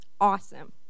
awesome